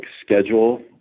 schedule